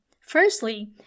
Firstly